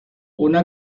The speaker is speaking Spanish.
una